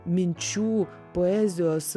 minčių poezijos